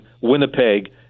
Winnipeg